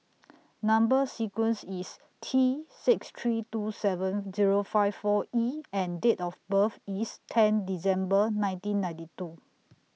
Number sequence IS T six three two seven Zero five four E and Date of birth IS ten December nineteen ninety two